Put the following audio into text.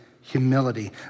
humility